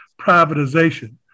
privatization